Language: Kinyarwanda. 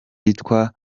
yitwa